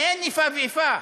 אין איפה ואיפה,